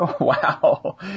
wow